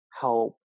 help